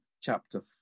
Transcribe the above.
chapter